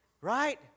Right